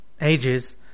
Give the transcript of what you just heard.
ages